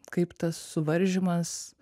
kaip tas suvaržymas